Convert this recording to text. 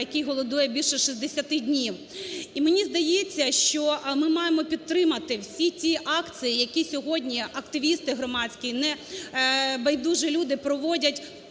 який голодує більше 60 днів. І мені здається, що ми маємо підтримати всі ті акції, які сьогодні активісти громадські, небайдужі люди проводять